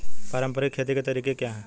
पारंपरिक खेती के तरीके क्या हैं?